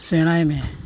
ᱥᱮᱬᱟᱭ ᱢᱮ